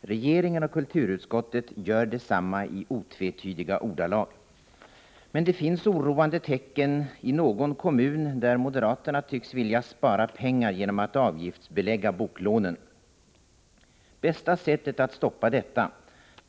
Regeringen och kulturutskottet gör detsamma i otvetydiga ordalag. Men det finns oroande tecken i någon kommun, där moderaterna tycks vilja spara pengar genom att avgiftsbelägga boklånen. Bästa sättet att stoppa detta